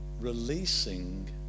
releasing